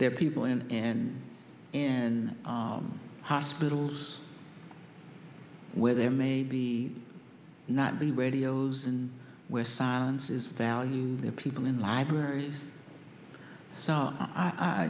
their people and and and hospitals where there may be not be radios and where silence is valued there are people in libraries so i